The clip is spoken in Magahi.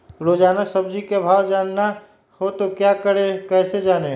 रोजाना सब्जी का भाव जानना हो तो क्या करें कैसे जाने?